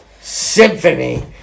symphony